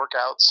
workouts